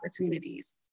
opportunities